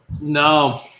no